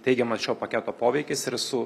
teigiamas šio paketo poveikis ir su